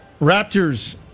Raptors